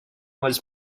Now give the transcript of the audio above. was